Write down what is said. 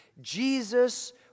Jesus